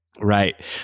Right